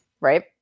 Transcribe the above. right